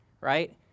right